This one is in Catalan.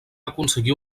aconseguir